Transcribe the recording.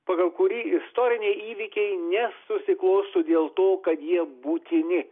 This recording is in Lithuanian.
pagal kurį istoriniai įvykiai nesusiklosto dėl to kad jie būtini